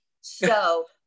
So-